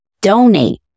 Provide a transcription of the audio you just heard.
donate